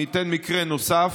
אני אתן מקרה נוסף: